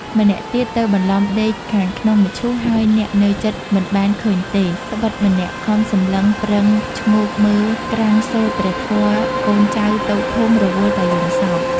ម្នាក់ទៀតទៅបន្លំដេកខាងក្នុងមឈូសហើយអ្នកនៅជិតមិនបានឃើញទេ ដ្បិតម្នាក់"ខំសម្លឹងប្រឹងឈ្ងោកមើលក្រាំងសូត្រព្រះធម៍កូនចៅតូចធំរវល់តែយំសោក។